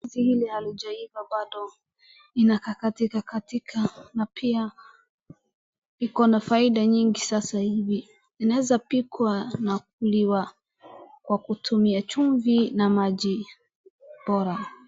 Ndizi hili halijaiva bado inakatikakatika na pia iko na faida nyingi sasa hivi. Inaweza pikwa na kuliwa kwa kutumia chumvi na maji bora.